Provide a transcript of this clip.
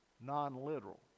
non-literal